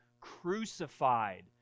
crucified